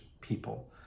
people